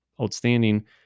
outstanding